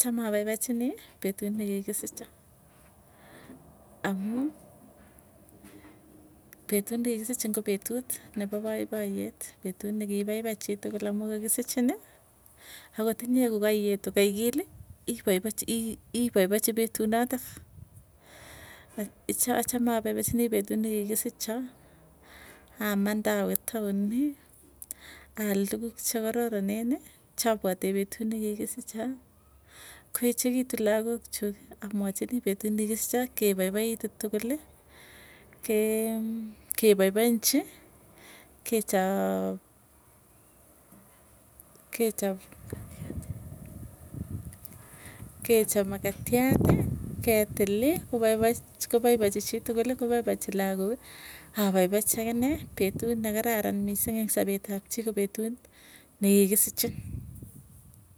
Achame apaipachinii petu nikikisicho, amu petu nikikisicho ko petut nepo paipoyet. Petut nikipaipai chitukul amuu kakisichini. Akot inye kokaietu kokaukili, ipaipachi petuu natok. Achame apaipochiniii petut nekikisicho amande awee towni al tuguk chekararaneni. Chapwatee petuu nekikisicho koechekitu lagook chuuki amwachinii petut nekikisicho kepaipaitu tukuli. Kee kepaipaenchi kechop kechop kechop makatiat ketili kopaich kopaipachi chitukuli kopaipachi lagooki, apaipachi akine petut nekararan misiing eng sapet apchii ko petut nikikisichin.